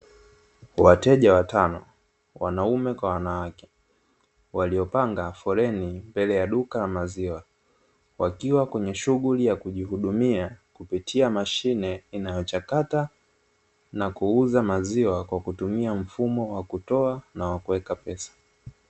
Wateja watano (wanaume kwa wanawake) waliopanga foleni mbele ya duka la maziwa, wakiwa kwenye shughuli ya kujihudumia kupitia mashine inayochakata na kuuza maziwa kwa kutumia mfumo wa kutoa na kuweka pesa.